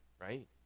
right